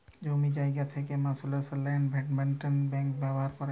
জমি জায়গা থ্যাকা মালুসলা ল্যান্ড ডেভলোপমেল্ট ব্যাংক ব্যাভার ক্যরে